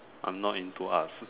I'm not into Arts